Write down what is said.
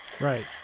Right